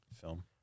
film